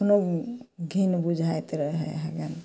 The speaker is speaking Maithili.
अपनो घिन बुझाइत रहै हइ गेन